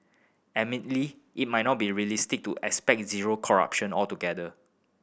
admittedly it might not be realistic to expect zero corruption altogether